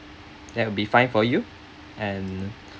that will be fine for you and